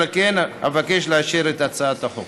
אשר על כן, אבקש לאשר את הצעת החוק.